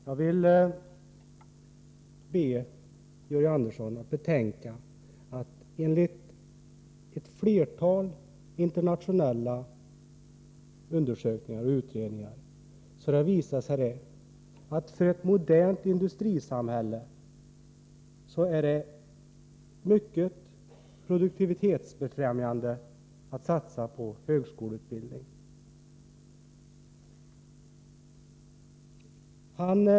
Jag ber Georg Andersson att betänka att ett flertal internationella undersökningar och utredningar har visat att det för ett modernt industrisamhälle är mycket produktivitetsbefrämjande att satsa på högskoleutbildning.